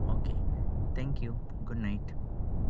okay thank you good night